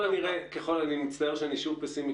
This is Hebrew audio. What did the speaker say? אני מצטער שאני שוב פסימי.